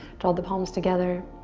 draw the palms together.